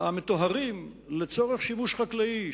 המטוהרים לצורך שימוש חקלאי,